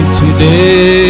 today